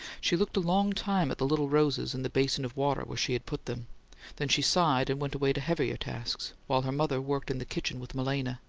she looked a long time at the little roses in the basin of water, where she had put them then she sighed, and went away to heavier tasks, while her mother worked in the kitchen with malena.